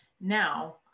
now